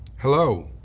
hello,